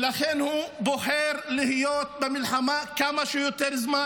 ולכן הוא בוחר להיות במלחמה כמה שיותר זמן.